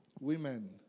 Women